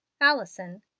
Allison